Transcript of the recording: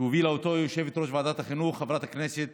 שהובילה יושבת-ראש ועדת החינוך חברת הכנסת